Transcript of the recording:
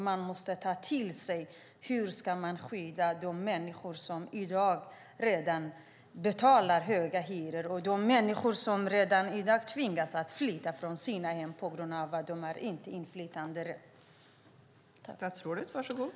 Man måste ta till sig frågan hur man ska skydda de människor som redan i dag betalar höga hyror och de människor som redan i dag tvingas att flytta från sina hem på grund av att de inte har något inflytande.